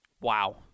Wow